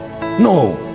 No